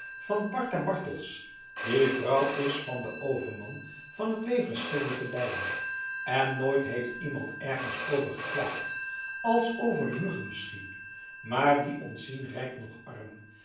van barta bartels die vrouw is van den overman van het weversgilde te leiden en nooit heeft iemand ergens over geklaagd als over de muggen misschien maar die ontzien rijk noch arm